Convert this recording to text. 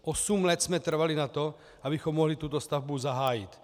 Osm let jsme trvali na tom, abychom mohli tuto stavbu zahájit.